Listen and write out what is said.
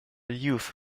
youth